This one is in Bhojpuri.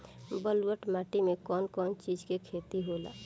ब्लुअट माटी में कौन कौनचीज के खेती होला?